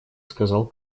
сказал